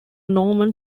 norman